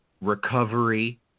recovery